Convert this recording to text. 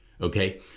Okay